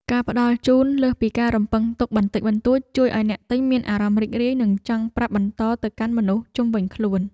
ការផ្តល់ជូនលើសពីការរំពឹងទុកបន្តិចបន្តួចជួយឱ្យអ្នកទិញមានអារម្មណ៍រីករាយនិងចង់ប្រាប់បន្តទៅកាន់មនុស្សជុំវិញខ្លួន។